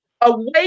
away